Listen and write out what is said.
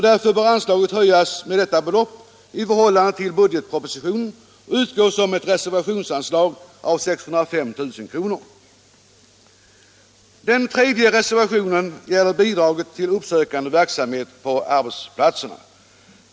Därför bör anslaget höjas med detta belopp i förhållande till budgetpropositionen och utgå som ett reservationsanslag av 605 000 kr. Den tredje reservationen gäller bidraget till uppsökande verksamhet på arbetsplatserna.